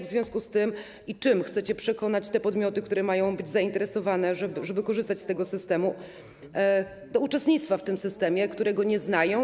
W związku z tym jak i czym chcecie przekonać te podmioty, które mają być zainteresowane, żeby korzystać z tego systemu, aby uczestniczyły w tym systemie, którego nie znają?